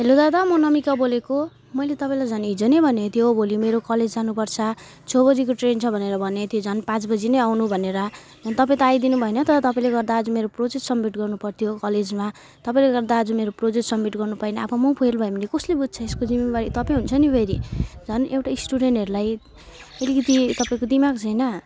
hello दादा म नमीका बोलेको मैले तपाईँलाई झन् हिजो नै भनेको त्यो भोलि मेरो कलेज जानु पर्छ छ बजीको ट्रेन छ भनेर भनेको थियो झन् पाँच बजी नै आउनु भनेर अनि तपाईँ त आइदिनु भएन त तपाईँले गर्दा आज मेरो प्रोजेक्ट सब्मिट गर्नु पर्थ्यो कलेजमा तपाईँले गर्दा आज मेरो प्रोजेक्ट सब्मिट गर्नु पाइनँ अब म फेल भयो भने कसले बुझ्छ यसको जिम्मेवारी तपाईँ हुन्छ नि फेरि झन् एउटा स्टुडेन्टहरूलाई अलिकति तपाईँको दिमाग छैन